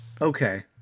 Okay